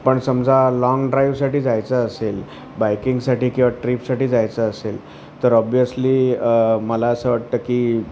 पण समजा लाँग ड्राईव्हसाठी जायचं असेल बायकिंगसाठी किंवा ट्रीपसाठी जायचं असेल तर ऑबीयसली मला असं वाटतं की